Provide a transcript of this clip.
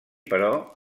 però